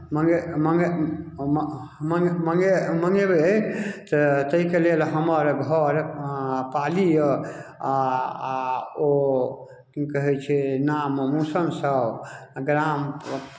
मङ्गे मङ्गे मङ्गे मङ्ग मङ्गे मङ्गेबै तऽ ताहिके लेल हमर घर पाली यए आ ओ की कहै छै नाम मूसन साहु आ ग्राम